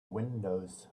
windows